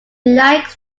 likes